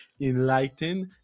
enlighten